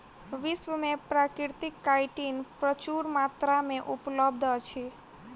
विश्व में प्राकृतिक काइटिन प्रचुर मात्रा में उपलब्ध अछि